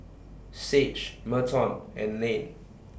Sage Merton and Layne